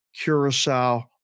Curacao